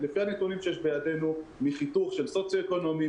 שלפי הנתונים שיש בידינו מחיתוך של סוציו-אקונומי,